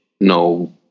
no